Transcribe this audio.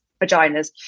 vaginas